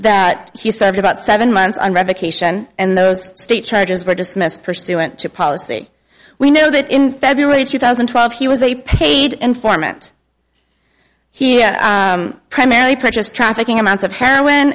that he served about seven months on revocation and those state charges were dismissed pursuant to policy we know that in february two thousand and twelve he was a paid informant primarily purchased trafficking amounts of heroin